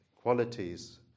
qualities